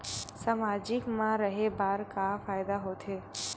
सामाजिक मा रहे बार का फ़ायदा होथे?